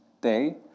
day